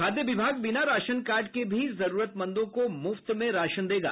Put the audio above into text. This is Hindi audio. खाद्य विभाग बिना राशन कार्ड के भी जरूरतमंदों को मुफ्त में राशन देगा